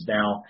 now